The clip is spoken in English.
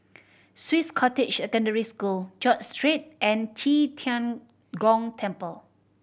Swiss Cottage Secondary School George Street and Qi Tian Gong Temple